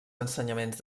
ensenyaments